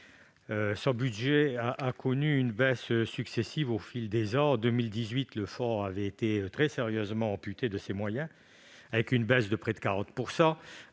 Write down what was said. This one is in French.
Son budget a connu des baisses successives au fil des ans : en 2018, le fonds avait été très sérieusement amputé de ses moyens, enregistrant alors une baisse de près de 40 %.